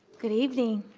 good evening.